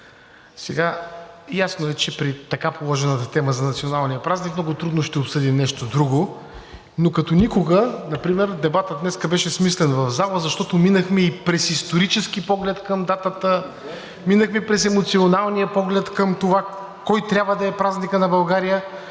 ясно е, че при така положената тема за националния празник, много трудно ще обсъдим нещо друго, но като никога например дебатът беше смислен в залата, защото минахме и през исторически поглед към датата, минахме през емоционалния поглед към това кой трябва да е празникът на България.